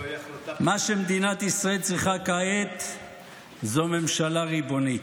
מה שמדינת ישראל צריכה כעת זו ממשלה ריבונית.